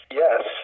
yes